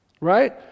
Right